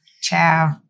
Ciao